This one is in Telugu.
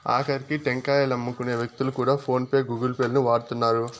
ఆకరికి టెంకాయలమ్ముకునే వ్యక్తులు కూడా ఫోన్ పే గూగుల్ పే లను వాడుతున్నారు